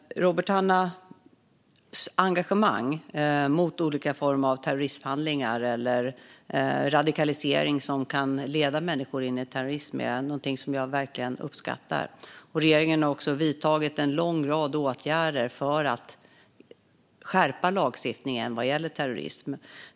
Fru talman! Robert Hannahs engagemang mot olika former av terroristhandlingar eller radikalisering som kan leda människor in i terrorism är någonting som jag verkligen uppskattar. Regeringen har vidtagit en lång rad åtgärder för att skärpa lagstiftningen vad gäller terrorism.